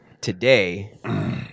Today